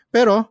Pero